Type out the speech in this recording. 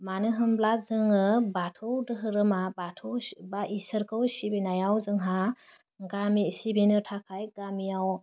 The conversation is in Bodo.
मानो होनब्ला जोङो बाथौ धोहोरोमा बाथौ बा ईश्वोरखौ सिबिनायाव जोंहा गामि सिबिनो थाखाय गामियाव